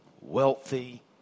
wealthy